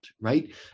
right